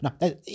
no